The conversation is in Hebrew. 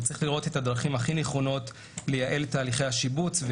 וצריך לראות את הדרכים הכי נכונות לייעל את תהליכי השיבוץ,